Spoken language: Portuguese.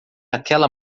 aquela